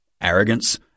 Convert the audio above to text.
arrogance